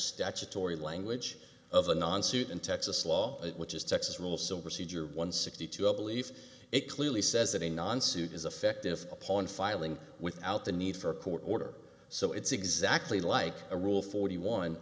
statutory language of a non suit in texas law which is texas rule so procedure one sixty two i believe it clearly says that a non suit is affective upon filing without the need for a court order so it's exactly like a rule forty one